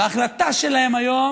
בהחלטה שלהם היום